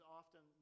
often